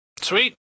Sweet